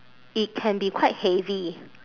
it can be quite heavy